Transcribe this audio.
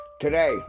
today